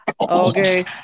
Okay